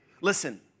Listen